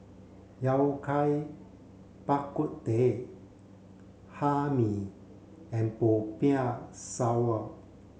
Yao Cai Bak Kut Teh Hae Mee and Popiah Sayur